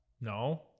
No